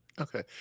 Okay